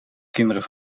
kinderen